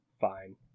fine